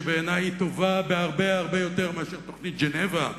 שבעיני היא טובה בהרבה יותר מתוכנית ז'נבה,